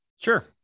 Sure